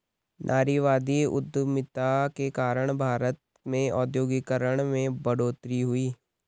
नारीवादी उधमिता के कारण भारत में औद्योगिकरण में बढ़ोतरी हुई